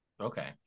Okay